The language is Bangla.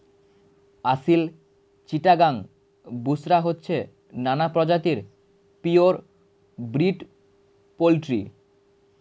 আসিল, চিটাগাং, বুশরা হচ্ছে নানা প্রজাতির পিওর ব্রিড পোল্ট্রি